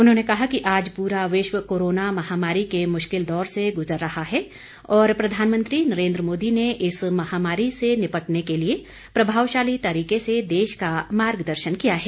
उन्होंने कहा कि आज पूरा विश्व कोरोना महामारी के मुश्किल दौर से गुजर रहा है और प्रधानमंत्री नरेंद्र मोदी ने इस महामारी से निपटने के लिए प्रभावशाली तरीके से देश का मार्ग दर्शन किया है